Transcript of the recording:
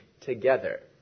together